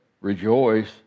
rejoice